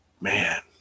man